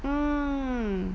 mm